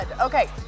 Okay